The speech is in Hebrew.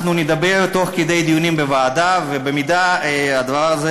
אנחנו נדבר תוך כדי דיונים בוועדה, ואם הדבר הזה